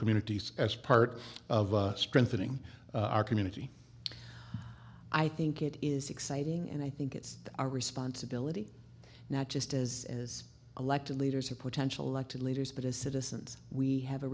communities as part of strengthening our community i think it is exciting and i think it's our responsibility not just as as elected leaders or potential elected leaders but as citizens we have a